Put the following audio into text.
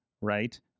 right